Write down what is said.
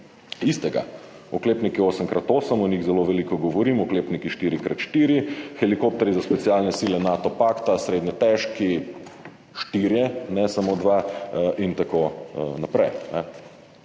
istega. Oklepniki 8x8, o njih zelo veliko govorim, oklepniki 4x4, helikopterji za specialne sile pakta Nato, srednje težki, štirje, ne samo dva, in tako naprej.